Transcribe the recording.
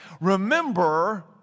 Remember